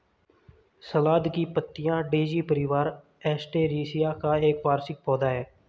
सलाद की पत्तियाँ डेज़ी परिवार, एस्टेरेसिया का एक वार्षिक पौधा है